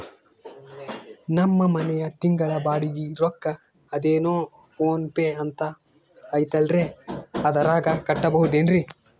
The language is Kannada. ನಮ್ಮ ಮನೆಯ ತಿಂಗಳ ಬಾಡಿಗೆ ರೊಕ್ಕ ಅದೇನೋ ಪೋನ್ ಪೇ ಅಂತಾ ಐತಲ್ರೇ ಅದರಾಗ ಕಟ್ಟಬಹುದೇನ್ರಿ?